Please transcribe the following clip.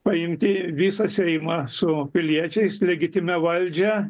paimti visą seimą su piliečiais legitimią valdžią